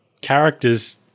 characters